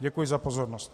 Děkuji za pozornost.